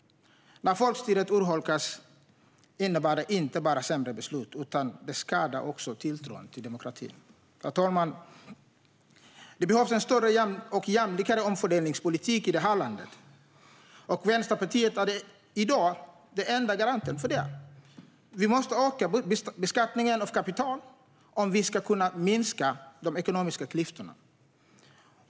När folkstyret urholkas innebär det inte bara sämre beslut, utan det skadar också tilltron till demokratin. Herr talman! Det behövs en större och jämlikare omfördelningspolitik i det här landet, och Vänsterpartiet är i dag den enda garanten för det. Vi måste öka beskattningen av kapital om vi ska kunna minska de ekonomiska klyftorna.